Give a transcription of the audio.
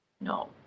No